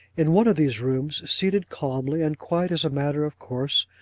in one of these rooms, seated, calmly, and quite as a matter of course,